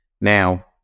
Now